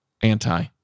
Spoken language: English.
anti-